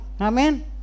Amen